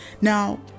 Now